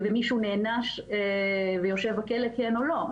ומישהו נענש ויושב בכלא כן או לא.